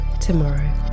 tomorrow